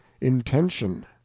intention